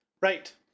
Right